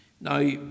Now